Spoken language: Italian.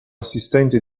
assistente